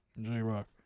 J-Rock